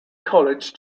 college